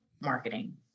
marketing